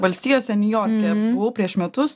valstijose niu jorke buvau prieš metus